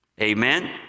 Amen